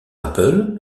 apple